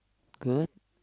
good